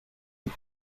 geb